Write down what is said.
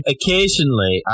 Occasionally